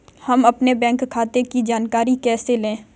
हम अपने बैंक खाते की जानकारी कैसे लें?